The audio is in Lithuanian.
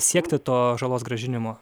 siekti to žalos grąžinimo